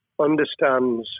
understands